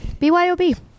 BYOB